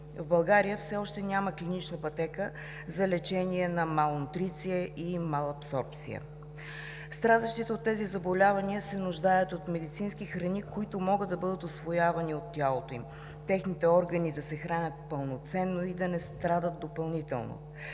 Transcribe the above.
В България все още няма клинична пътека за лечение на малнутриция и малабсорбция. Страдащите от тези заболявания се нуждаят от медицински храни, които могат да бъдат усвоявани от тялото им, техните органи да се хранят пълноценно и да не страдат допълнително.